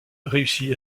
réussit